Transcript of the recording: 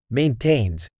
maintains